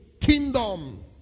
kingdom